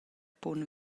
punt